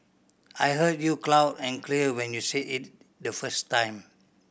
I heard you cloud and clear when you said it the first time